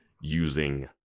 using